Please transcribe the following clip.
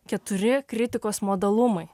keturi kritikos modalumai